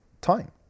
time